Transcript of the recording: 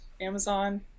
Amazon